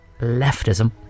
Leftism